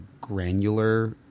granular